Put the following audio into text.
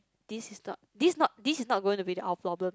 this is not this not this is not gonna be our problem